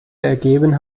ergeben